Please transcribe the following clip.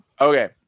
Okay